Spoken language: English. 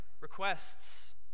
requests